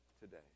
today